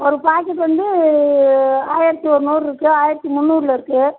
ஒரு பாக்கெட் வந்து ஆயிரத்தி இரநூறு இருக்குது ஆயிரத்தி முந்நூறுல இருக்குது